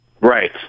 Right